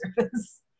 service